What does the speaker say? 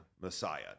Messiah